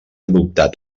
adoptat